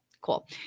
Cool